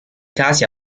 casi